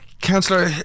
Councillor